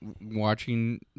watching